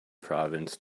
province